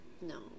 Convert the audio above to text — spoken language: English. No